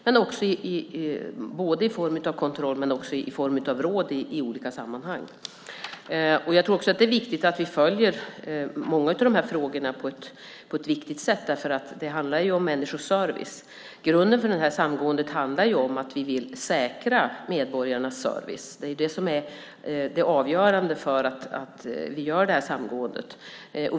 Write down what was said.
Det gäller både i form av kontroll och i form av råd i olika sammanhang. Det är också viktigt att vi följer många av dessa frågor på ett riktigt sätt. Det handlar om människors service. Grunden för samgående är att vi vill säkra medborgarnas service. Det är avgörande för att vi gör samgåendet.